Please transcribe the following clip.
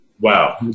Wow